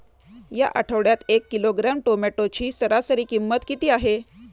या आठवड्यात एक किलोग्रॅम टोमॅटोची सरासरी किंमत किती आहे?